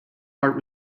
art